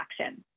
action